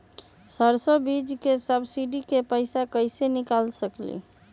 सरसों बीज के सब्सिडी के पैसा कईसे निकाल सकीले?